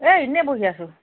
এই ইনেই বহি আছোঁ